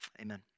Amen